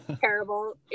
terrible